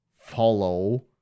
follow